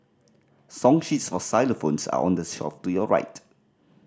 song sheets for xylophones are on the shelf to your right